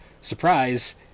Surprise